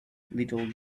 little